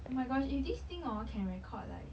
and my gosh if this thing orh can record like